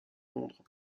londres